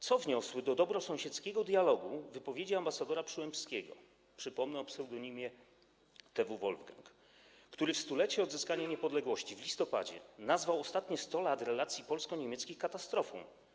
Co wniosły do dobrosąsiedzkiego dialogu wypowiedzi ambasadora Przyłębskiego, przypomnę, TW o pseudonimie Wolfgang, który w 100-lecie odzyskania niepodległości w listopadzie nazwał ostatnie 100 lat relacji polsko-niemieckich katastrofą.